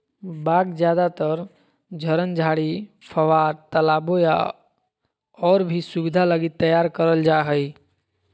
बाग ज्यादातर झरन, झाड़ी, फव्वार, तालाबो या और भी सुविधा लगी तैयार करल जा हइ